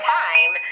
time